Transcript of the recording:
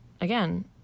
again